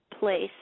Place